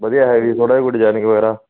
ਵਧੀਆ ਹੈਵੀ ਥੋੜਾ ਜਿਹਾ ਕੋਈ ਡਿਜਾਇਨਿੰਗ ਵਗੈਰਾ